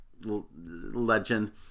legend